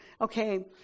Okay